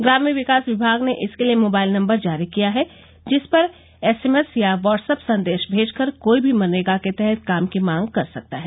ग्राम्य विकास विभाग मोबाइल नम्बर जारी किया है जिस पर एसएमएस या व्हाट्सएप सन्देश भेजकर कोई भी मनरेगा के तहत काम की मांग कर ने इसके लिए सकता है